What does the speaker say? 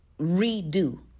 redo